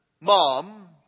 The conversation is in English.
mom